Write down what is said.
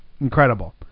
incredible